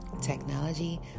Technology